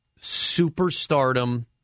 superstardom